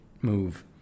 move